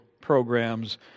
programs